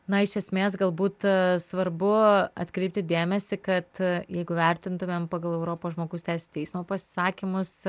na iš esmės galbūt svarbu atkreipti dėmesį kad jeigu vertintumėm pagal europos žmogaus teisių teismo pasisakymus